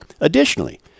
Additionally